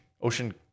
ocean